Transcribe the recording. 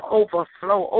overflow